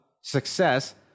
success